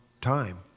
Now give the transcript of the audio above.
time